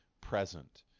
present